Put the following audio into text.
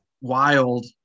wild